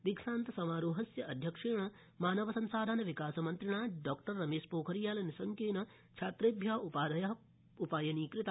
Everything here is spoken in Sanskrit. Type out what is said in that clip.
दीक्षान्तसमारोहस्य अध्यक्षेण मानवसंसाधनविकासमन्त्रिणा डॉ रमेश ोखरियालनिशङकेन छात्रेभ्य उ ाधयो ायनीकृता